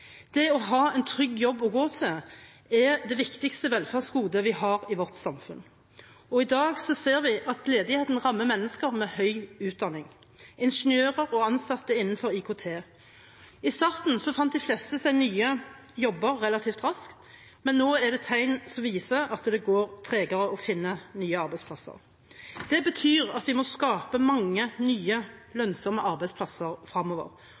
Det å ha en trygg jobb å gå til er det viktigste velferdsgodet vi har i vårt samfunn. I dag ser vi at ledigheten rammer mennesker med høy utdanning, ingeniører og ansatte innenfor IKT. I starten fant de fleste seg nye jobber relativt raskt, men nå er det tegn som viser at det går tregere å finne nye arbeidsplasser. Det betyr at vi må skape mange nye lønnsomme arbeidsplasser